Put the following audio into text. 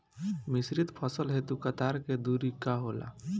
मिश्रित फसल हेतु कतार के दूरी का होला?